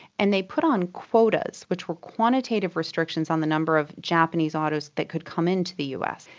and they put on quotas which were quantitative restrictions on the number of japanese autos that could come into the us.